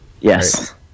Yes